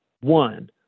One